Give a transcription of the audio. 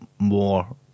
more